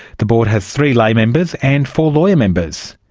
the board has three lay members and four lawyer members.